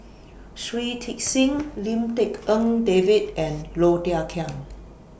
Shui Tit Sing Lim Tik En David and Low Thia Khiang